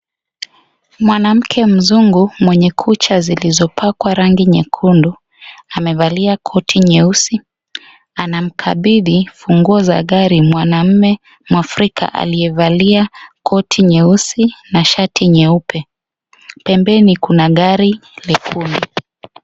Mwanamke mzungu mwenye kucha zilizopakwa rangi nyekundu amevalia koti nyeusi anamkabidhi funguo za gari mwanaume mwafrika aliyevalia koti nyeusi na shati nyeupe pembeni kuna gari jekundu.